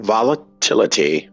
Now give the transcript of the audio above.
Volatility